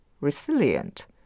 resilient